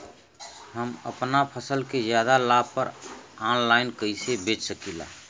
हम अपना फसल के ज्यादा लाभ पर ऑनलाइन कइसे बेच सकीला?